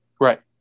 Right